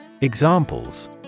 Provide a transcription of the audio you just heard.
Examples